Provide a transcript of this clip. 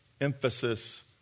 emphasis